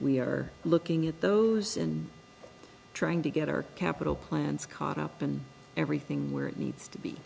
we are looking at those and trying to get our capital plans caught up and everything where it needs to be